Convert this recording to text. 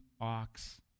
ox